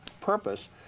purpose